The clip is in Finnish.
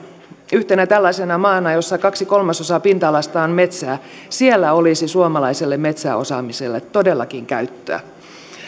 yhtenä tällaisena maana jossa kaksi kolmasosaa pinta alasta on metsää siellä olisi suomalaiselle metsäosaamiselle todellakin käyttöä